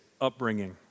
upbringing